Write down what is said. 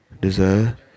desire